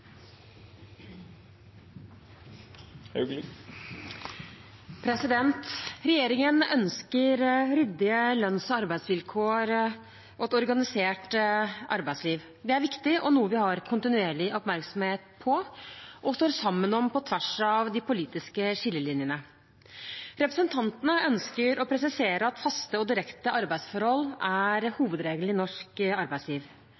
Regjeringen ønsker ryddige lønns- og arbeidsvilkår og et organisert arbeidsliv. Dette er viktig og noe vi har kontinuerlig oppmerksomhet på og står sammen om på tvers av de politiske skillelinjene. Representantene ønsker å presisere at faste og direkte arbeidsforhold er hovedregelen i norsk arbeidsliv.